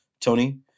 Tony